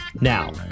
now